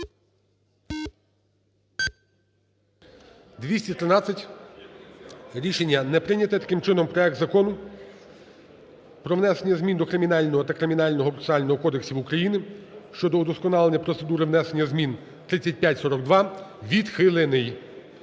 За-213 Рішення не прийнято. Таким чином, проект Закону про внесення змін до Кримінального та Кримінально-процесуального кодексів України щодо вдосконалення процедури внесення змін (3542) відхилений.